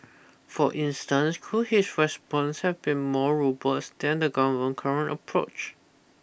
for instance could his response have been more robust than the government current approach